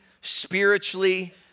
spiritually